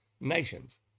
nations